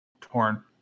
Torn